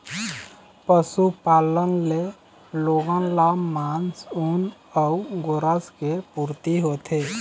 पशुपालन ले लोगन ल मांस, ऊन अउ गोरस के पूरती होथे